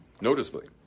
Noticeably